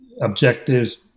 objectives